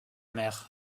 mer